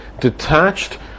detached